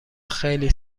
خیلی